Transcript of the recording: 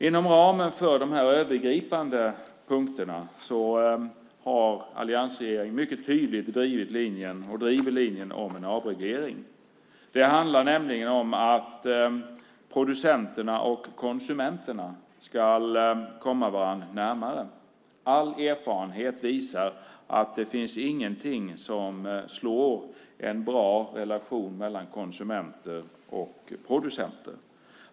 Inom denna övergripande ram driver regeringen mycket tydligt linjen om en avreglering. Det handlar nämligen om att producenterna och konsumenterna ska komma varandra närmare. All erfarenhet visar att det inte finns något som slår en bra relation mellan producenter och konsumenter.